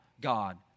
God